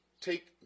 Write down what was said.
take